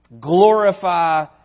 Glorify